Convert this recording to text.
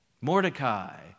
Mordecai